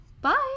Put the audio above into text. Bye